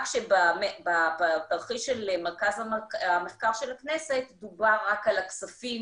רק שבתרחיש של מרכז המחקר של הכנסת דובר רק על הכספים